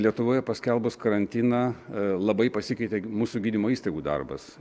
lietuvoje paskelbus karantiną labai pasikeitė mūsų gydymo įstaigų darbas